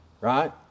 right